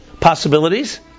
possibilities